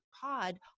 pod